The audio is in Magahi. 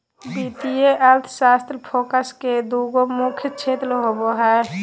वित्तीय अर्थशास्त्र फोकस के दू गो मुख्य क्षेत्र होबो हइ